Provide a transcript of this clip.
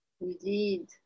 Indeed